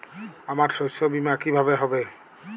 আমার শস্য বীমা কিভাবে হবে?